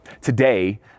Today